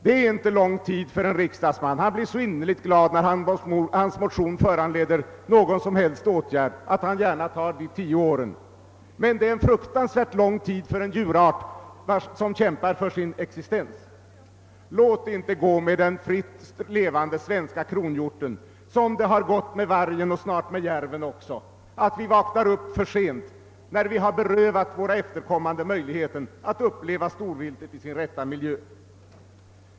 Det är inte lång tid för en riksdagsman; han blir så innerligt glad när hans motion föranleder någon som helst åtgärd, att han gärna tar de tio åren. Men det är en fruktansvärt lång tid för en djurart som kämpar för sin existens. Låt det inte gå med kronhjorten här i Sverige som det gjort med vargen och snart med järven också, att vi vaknar upp för sent, när vi berövat våra efterkommande möjligheten att uppleva storviltet i dess rätta miljö!